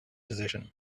position